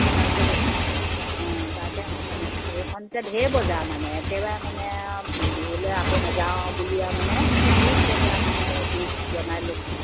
বিশালতে ল'বি অঁ তাকে মই ভাবিছোঁ সেইখনতে ধেৰ বজাৰ মানে একেবাৰে মানে আৰু বিহুলৈ আকৌ নেযাওঁ আৰু বুলি আৰু মানে বহুত বজাৰ মানে লিষ্ট বনাই লৈছোঁ আৰু